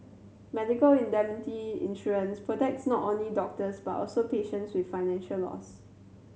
medical indemnity insurance protects not only doctors but also patients with financial loss